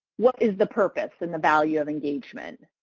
what is the purpose and the value of engagement?